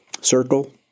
circle